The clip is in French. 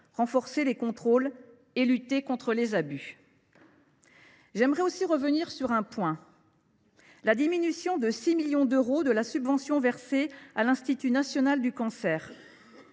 renforcer les contrôles et lutter contre les abus. Je souhaite également revenir sur la diminution de 6 millions d’euros de la subvention versée à l’Institut national du cancer.